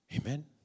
Amen